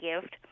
gift